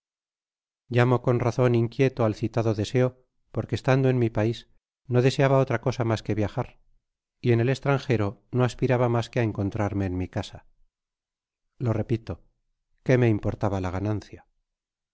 llamo con razon inquieto al citado deseo porque estando en mi pais no deseaba otra cosa mas que viajar y en el estranjero no aspiraba mas que encontrarme en mi casa lo repito qué me importaba la ganancia